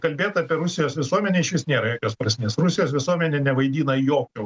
kalbėt apie rusijos visuomenę išvis nėra jokios prasmės rusijos visuomenė nevaidina jokio